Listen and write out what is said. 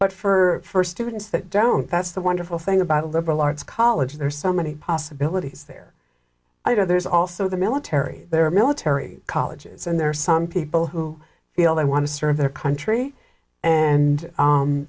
but for students that don't that's the wonderful thing about a liberal arts college there are so many possibilities there i don't there's also the military there are military colleges and there are some people who feel they want to serve their country and